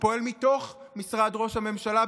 שפועל מתוך משרד ראש הממשלה,